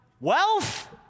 wealth